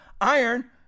iron